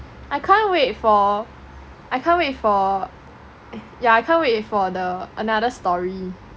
I can't wait for I can't wait for yeah I can't wait for the another story